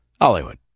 Hollywood